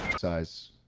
size